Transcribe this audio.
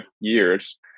years